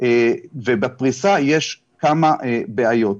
ובפריסה יש כמה בעיות.